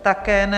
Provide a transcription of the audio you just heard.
Také ne.